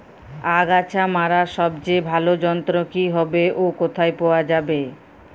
আগাছা মারার সবচেয়ে ভালো যন্ত্র কি হবে ও কোথায় পাওয়া যাবে?